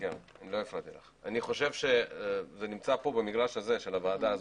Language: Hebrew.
אני חושב שזה נמצא במגרש של הוועדה הזאת.